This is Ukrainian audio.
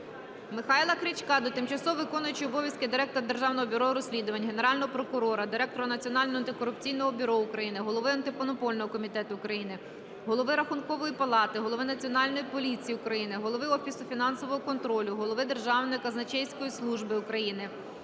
Михайла Крячка до тимчасово виконуючої обов'язки директора Державного бюро розслідувань, Генерального прокурора, директора Національного антикорупційного бюро України, голови Антимонопольного комітету України, Голови Рахункової палати, голови Національної поліції України, голови Офісу фінансового контролю, голови Державної казначейської служби України,